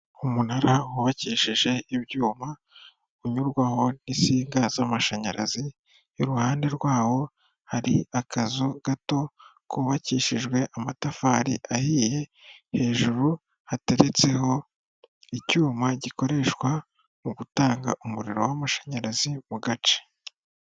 Umunara wubakisheje ibyuma unyurwaho n'insinga z'amashanyarazi. Iruhande rwawo hari akazu gato kubakishijwe amatafari ahiye hejuru hateretseho icyuma gikoreshwa mu gutanga umuriro w'amashanyarazi mu gace.